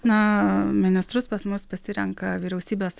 na ministrus pas mus pasirenka vyriausybės